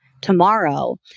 tomorrow